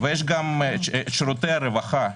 ויש גם שירותי הרווחה,